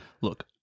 Look